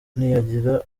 ntiyagira